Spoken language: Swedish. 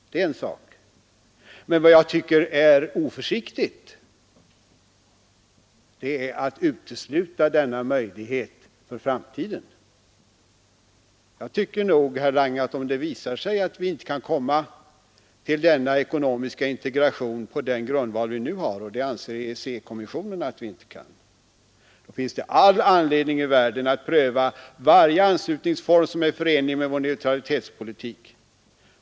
Det är en sak, men vad jag tycker är oförsiktigt är att utesluta denna möjlighet för framtiden. Det finns, herr Lange, all anledning i världen, om det visar sig att vi inte kan komma fram till denna ekonomiska integration på den grundval vi nu har C-kommissionen att vi inte kan — att pröva varje och det anser E anslutningsform som är förenlig med vår neutralitetspolitik.